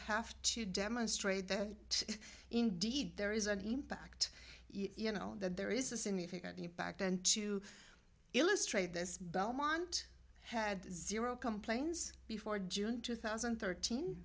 have to demonstrate that indeed there is an impact you know that there is a significant impact and to illustrate this belmont had zero complains before june two thousand and thirteen